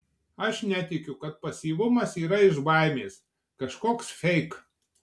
aš netikiu kad pasyvumas yra iš baimės kažkoks feik